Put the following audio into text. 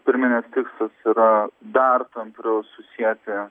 pirminis tikslas yra dar tampriau susieti